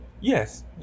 Yes